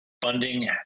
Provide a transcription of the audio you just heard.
funding